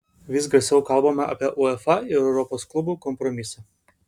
vis garsiau kalbama apie uefa ir europos klubų kompromisą